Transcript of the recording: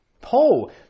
Paul